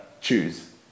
Choose